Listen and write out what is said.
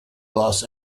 los